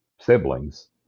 siblings